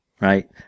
Right